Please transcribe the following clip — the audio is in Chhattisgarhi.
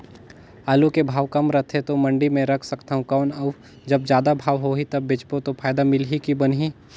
आलू के भाव कम रथे तो मंडी मे रख सकथव कौन अउ जब जादा भाव होही तब बेचबो तो फायदा मिलही की बनही?